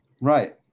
Right